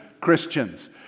Christians